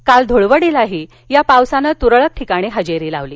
काल धूळवडीलाही या पावसानं तुरळक ठिकाणी हजेरी लावली